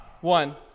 One